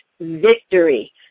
Victory